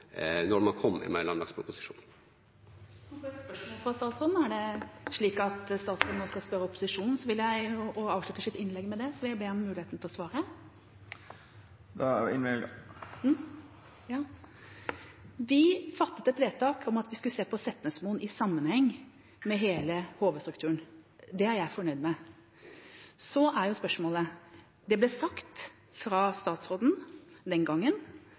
når man kom med landmaktproposisjonen. Kan jeg få et spørsmål til statsråden? Er det slik at statsråden nå skal spørre opposisjonen og avslutter sitt innlegg med det, så vil jeg be om muligheten til å svare. Det er innvilga. Vi fattet et vedtak om at vi skulle se på Setnesmoen i sammenheng med hele HV-strukturen. Det er jeg fornøyd med. Så til spørsmålet: Det ble sagt fra statsråden den gangen